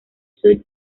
south